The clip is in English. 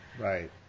Right